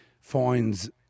finds